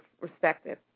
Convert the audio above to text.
respected